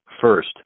First